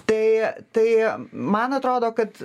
tai tai man atrodo kad